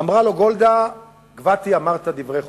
אמרה לו גולדה: גבתי, אמרת דברי חוכמה.